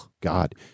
God